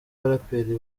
abaraperi